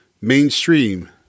mainstream